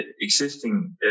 existing